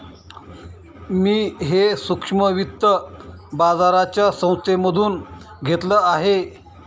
मी हे सूक्ष्म वित्त बाजाराच्या संस्थेमधून घेतलं आहे